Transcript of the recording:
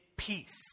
peace